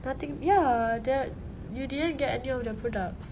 nothin~ ya tha~ you didn't get any of the products